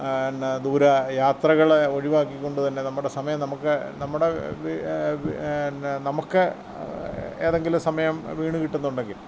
പിന്നെ ദൂരെ യാത്രകള് ഒഴിവാക്കിക്കൊണ്ട് തന്നെ നമ്മടെ സമയം നമുക്ക് നമ്മുടെ പിന്നെ നമുക്ക് ഏതെങ്കിലും സമയം വീണുകിട്ടുന്നുണ്ടെങ്കിൽ